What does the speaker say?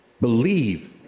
believe